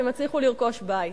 והם יצליחו לרכוש בית.